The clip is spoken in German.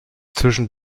zwischen